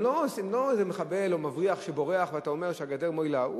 הם לא איזה מחבל או מבריח שבורח ואתה אומר שהגדר מועילה.